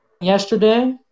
Yesterday